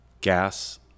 gas